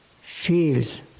feels